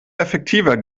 effektiver